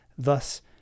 Thus